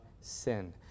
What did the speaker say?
sin